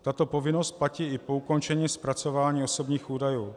Tato povinnost platí i po ukončení zpracování osobních údajů.